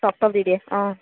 চফ তফ দি দিয়ে অঁ